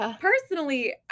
Personally